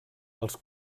els